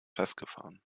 festgefahren